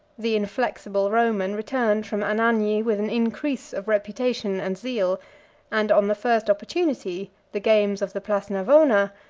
the inflexible roman returned from anagni with an increase of reputation and zeal and, on the first opportunity, the games of the place navona,